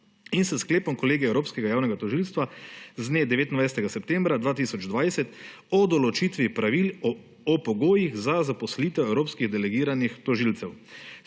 in s sklepom kolegija Evropskega javnega tožilstva z dne 29. septembra 2020 o določitvi pravil o pogojih za zaposlitev evropskih delegiranih tožilcev.